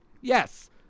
yes